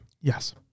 Yes